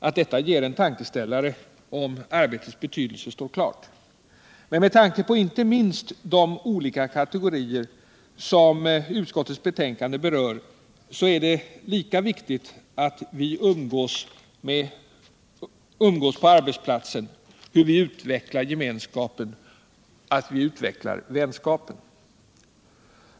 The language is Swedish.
Att detta ger en tankeställare om arbetets betydelse står klart, men med tanke på inte minst de olika kategorier som utskottets betänkande berör är det lika viktigt att vi umgås på arbetsplatsen, hur vi utvecklar gemenskapen, att vi utvecklar vänskapen.